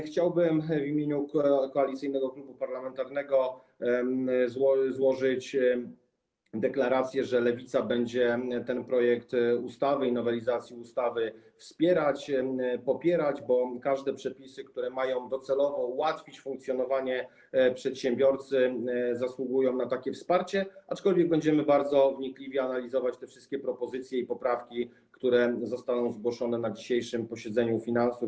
Chciałbym w imieniu Koalicyjnego Klubu Parlamentarnego złożyć deklarację, że Lewica będzie ten projekt ustawy i nowelizacji ustawy popierać, bo każde przepisy, które mają docelowo ułatwić funkcjonowanie przedsiębiorcy, zasługują na wsparcie, aczkolwiek będziemy bardzo wnikliwie analizować wszystkie propozycje i poprawki, które zostaną zgłoszone na dzisiejszym posiedzeniu komisji finansów.